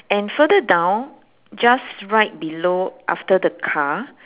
and further down just right below after the car